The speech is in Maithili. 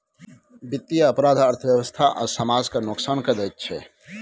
बित्तीय अपराध अर्थव्यवस्था आ समाज केँ नोकसान कए दैत छै